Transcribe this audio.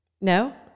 No